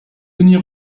denys